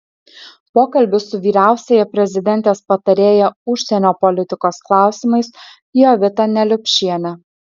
pokalbis su vyriausiąja prezidentės patarėja užsienio politikos klausimais jovita neliupšiene